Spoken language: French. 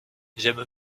j’aime